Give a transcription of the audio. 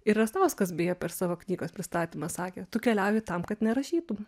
ir rastauskas beje per savo knygos pristatymą sakė tu keliauji tam kad nerašytum